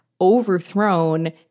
overthrown